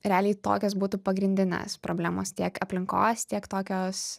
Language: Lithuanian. realiai tokios būtų pagrindinės problemos tiek aplinkos tiek tokios